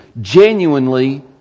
genuinely